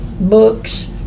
books